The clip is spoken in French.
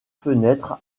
fenêtres